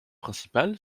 principale